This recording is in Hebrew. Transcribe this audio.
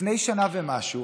לפני שנה ומשהו